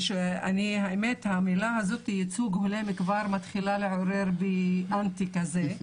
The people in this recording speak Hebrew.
והאמת שהביטוי הזה "ייצוג הולם" כבר מתחיל לעורר בי אנטי כזה,